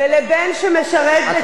אמא לבת משוחררת משירות צבאי,